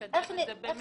לקדם את זה במהירות.